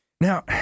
Now